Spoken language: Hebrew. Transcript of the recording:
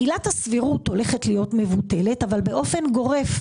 עילת הסבירות הולכת להיות מבוטלת אבל באופן גורף,